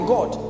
God